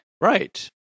Right